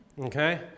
okay